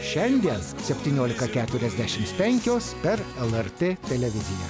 šiandien septyniolika keturiasdešims penkios per lrt televiziją